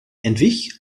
entwich